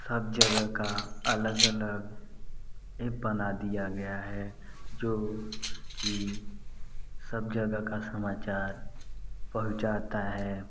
सब जगह का अलग अलग एप बना दिया गया है जो की सब जगह का समाचार पहुँचाता है